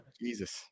Jesus